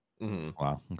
wow